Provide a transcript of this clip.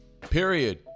period